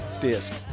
disc